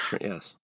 yes